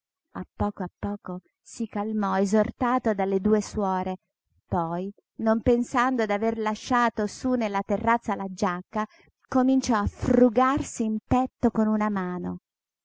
si calmò esortato dalle due suore poi non pensando d'aver lasciato sú nella terrazza la giacca cominciò a frugarsi in petto con una mano